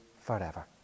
forever